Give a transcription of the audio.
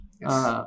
Yes